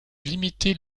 limiter